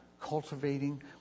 cultivating